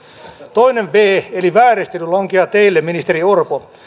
toinen viisi eli vääristely lankeaa teille ministeri orpo